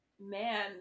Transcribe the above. Man